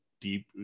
deep